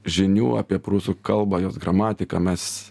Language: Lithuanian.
žinių apie prūsų kalbą jos gramatiką mes